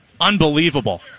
Unbelievable